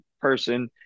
person